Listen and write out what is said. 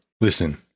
listen